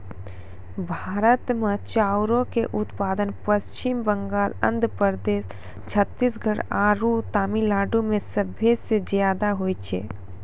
भारत मे चाउरो के उत्पादन पश्चिम बंगाल, आंध्र प्रदेश, छत्तीसगढ़ आरु तमिलनाडु मे सभे से ज्यादा होय छै